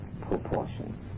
proportions